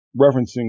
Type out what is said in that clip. referencing